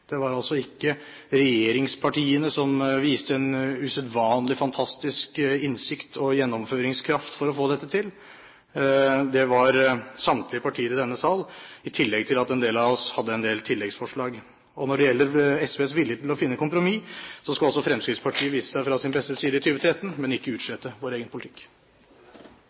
Det var altså ikke regjeringspartiene som viste en usedvanlig og fantastisk innsikt og gjennomføringskraft for å få dette til. Det var samtlige partier i denne sal, i tillegg til at en del av oss hadde en del tilleggsforslag. Når det gjelder SVs vilje til å finne kompromiss, skal også Fremskrittspartiet vise seg fra sin beste side i 2013, men ikke utslette vår egen politikk.